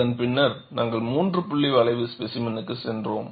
அதன் பின்னர் நாங்கள் மூன்று புள்ளி வளைவு ஸ்பேசிமென்க்கு சென்றோம்